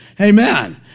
Amen